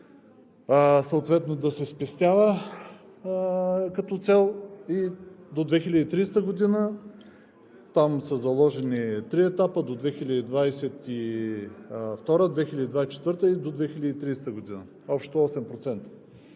съответно да се спестява като цяло и до 2030 г. – там са заложени три етапа: до 2022 г, 2024 г. и до 2030 г., общо 8%